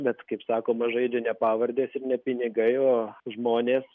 bet kaip sakoma žaidžia ne pavardės ir ne pinigai o žmonės